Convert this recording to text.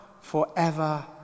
forever